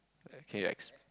okay ex~